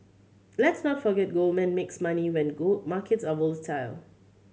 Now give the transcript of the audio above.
let's not forget Goldman makes money when gold markets are volatile